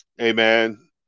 amen